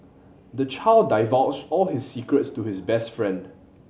the child divulged all his secrets to his best friend